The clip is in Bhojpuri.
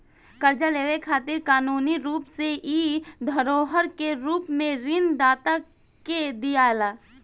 कर्जा लेवे खातिर कानूनी रूप से इ धरोहर के रूप में ऋण दाता के दियाला